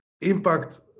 impact